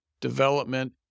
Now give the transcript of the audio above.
development